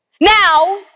Now